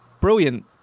Brilliant